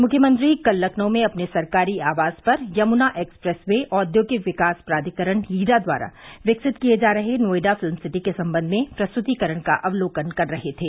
मुख्यमंत्री कल लखनऊ में अपने सरकारी आवास पर यमुना एक्सप्रेस वे औद्योगिक विकास प्राधिकरण यीडा द्वारा विकसित किए जा रहे नोएडा फिल्म सिटी के सम्बंध में प्रस्तुतिकरण का अवलोकन कर रहे थे